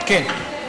כן.